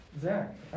Zach